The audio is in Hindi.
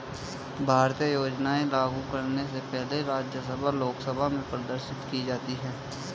भारतीय योजनाएं लागू करने से पहले राज्यसभा लोकसभा में प्रदर्शित की जाती है